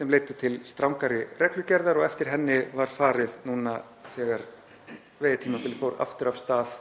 sem leiddu til strangari reglugerðar og eftir henni var farið núna þegar veiðitímabilið fór aftur af stað